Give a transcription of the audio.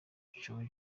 joe